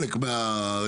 הזה.